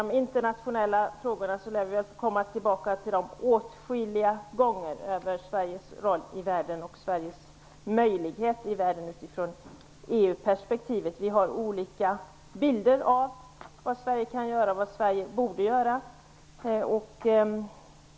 De internationella frågorna, och Sveriges roll och möjlighet i världen i EU-perspektiv, lär vi få komma tillbaka till åtskilliga gånger. Vi har olika bilder av vad Sverige kan och bör göra.